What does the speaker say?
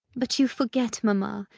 but you forget, mamma,